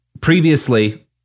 previously